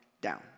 down